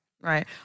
Right